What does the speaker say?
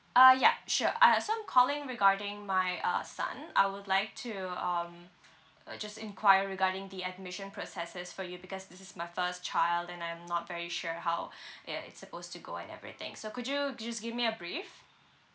ah ya sure uh uh so I'm calling regarding my uh son I would like to um uh just enquire regarding the admission processes from you because this is my first child and I'm not very sure how ya it's supposed to go and everything so could you could you just give me a brief